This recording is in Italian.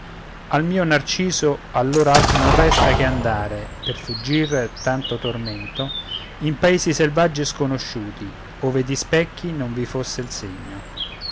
al mio narciso allor altro non resta che andare per fuggir tanto tormento in paesi selvaggi e sconosciuti ove di specchi non vi fosse il segno